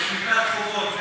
בשמיטת חובות,